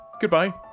goodbye